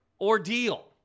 ordeal